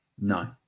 No